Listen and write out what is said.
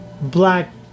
black